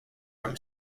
from